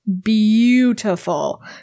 beautiful